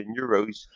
euros